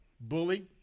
Bully